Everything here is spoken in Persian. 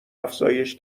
افزایش